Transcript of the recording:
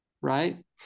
right